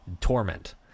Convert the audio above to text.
torment